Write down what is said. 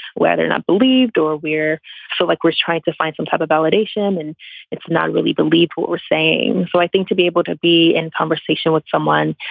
whether and i believed we're so like we're trying to find some type of validation and it's not really believe what we're saying. so i think to be able to be in conversation with someone.